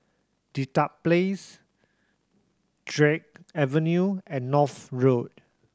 Dedap Place Drake Avenue and North Road